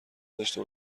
داشته